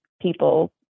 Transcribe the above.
people